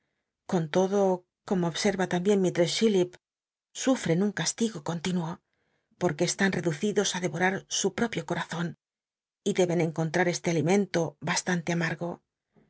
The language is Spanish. con lodo como obserl'a tambien mistress chillip sufren un castigo continuo porque están reducidos í de'o ral su propio corazon y deben cnconlmr este alimento baslnnlc am